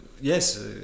yes